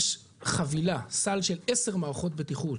יש חבילה, סל של עשר מערכות בטיחות